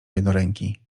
jednoręki